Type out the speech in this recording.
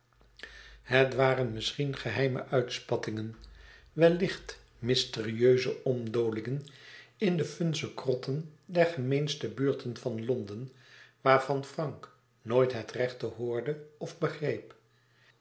het waren misschien geheime uitspattingen wellicht mysterieuze omdolingen in de vunze krotten der gemeenste buurten van londen waarvan frank nooit het rechte hoorde of begreep